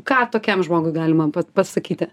ką tokiam žmogui galima pasakyti